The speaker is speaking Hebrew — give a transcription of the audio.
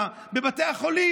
בבתי החולים?